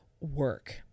Work